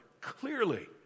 clearly